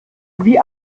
wie